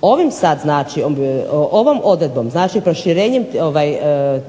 odgovornost. Ovom odredbom znači proširenjem